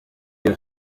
you